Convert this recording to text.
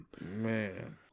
Man